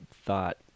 thought